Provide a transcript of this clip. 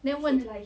then 问